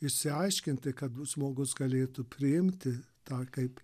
išsiaiškinti kad žmogus galėtų priimti tą kaip